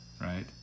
right